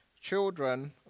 Children